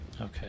Okay